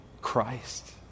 Christ